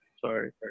Sorry